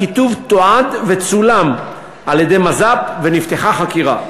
הכיתוב תועד וצולם על-ידי מז"פ ונפתחה חקירה.